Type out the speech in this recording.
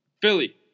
Philly